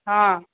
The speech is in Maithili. हाँ